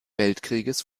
weltkrieges